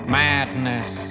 madness